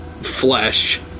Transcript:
flesh